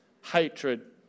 hatred